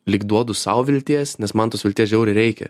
lyg duodu sau vilties nes man tos vilties žiauriai reikia